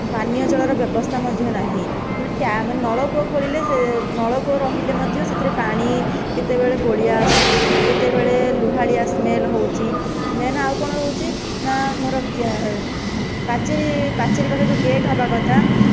ପାନୀୟ ଜଳର ବ୍ୟବସ୍ଥା ମଧ୍ୟ ନାହିଁ ଗୋଟିଏ ଟ୍ୟାପ୍ ନଳକୂଅ ଖୋଳିଲେ ସେ ନଳକୂଅ ରହିଲେ ମଧ୍ୟ ସେଥିରେ ପାଣି କେତେବେଳେ ଗୋଳିଆ ଆସୁଛି କେତବେଳେ ଲୁହାଳିଆ ସ୍ମେଲ ହେଉଛି ଦେନ ଆଉ କଣ ରହୁଛି ନା ଆମର ଗ୍ୟା ପାଚେରି ପାଚେରି ପାଖରେ ଯେଉଁ ଗେଟ୍ ହେବା କଥା